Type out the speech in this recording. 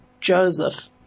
Joseph